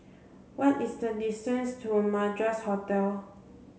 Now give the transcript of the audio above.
what is the distance to Madras Hotel